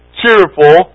cheerful